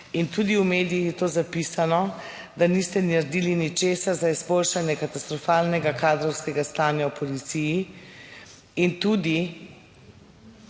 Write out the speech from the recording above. in tudi v medijih je to zapisano, da niste naredili ničesar za izboljšanje katastrofalnega kadrovskega stanja v policiji. In tudi